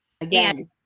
Again